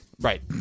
Right